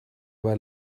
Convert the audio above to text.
were